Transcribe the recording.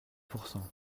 pourcent